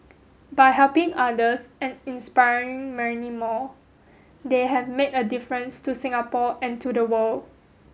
by helping others and inspiring many more they have made a difference to Singapore and to the world